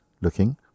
looking